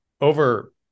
over